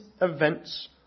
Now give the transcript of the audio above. events